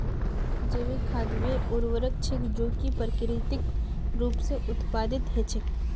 जैविक खाद वे उर्वरक छेक जो कि प्राकृतिक रूप स उत्पादित हछेक